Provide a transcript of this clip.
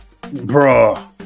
Bro